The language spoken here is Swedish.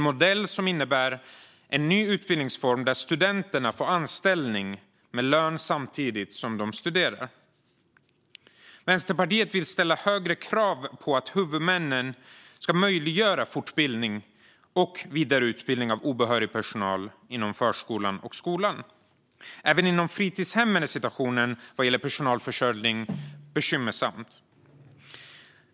Modellen innebär en ny utbildningsform där studenterna får anställning med lön samtidigt som de studerar. Vänsterpartiet vill ställa högre krav på att huvudmännen ska möjliggöra fortbildning och vidareutbildning av obehörig personal inom förskolan och skolan. Även inom fritidshemmen är situationen vad gäller personalförsörjning bekymmersam.